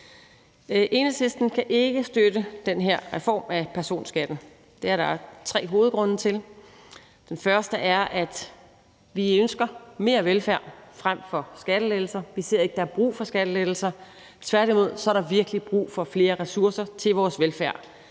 Enhedslisten kan ikke støtte den her reform af personskatten. Det er der tre hovedgrunde til. Den første er, at vi ønsker mere velfærd frem for skattelettelser. Vi kan ikke se, at der er brug for skattelettelser; tværtimod er der virkelig brug for flere ressourcer til vores velfærd,